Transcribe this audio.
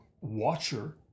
watcher